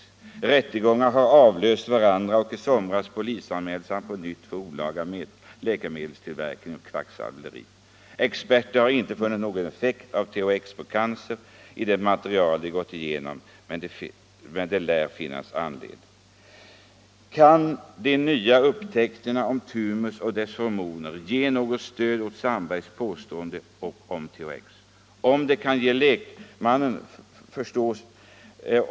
Rättegångarna har avlöst varandra, och i somras polisanmäldes han på nytt för olaga läkemedelstillverkning och kvacksalveri. Experter har inte funnit någon effekt av THX på cancer i det material de gått igenom, men det lär finnas anledning. --- Kan de nya upptäckterna om thymus och dess hormoner ge något stöd åt Sandbergs påståenden om THX?